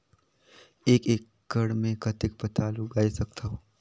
एक एकड़ मे कतेक पताल उगाय सकथव?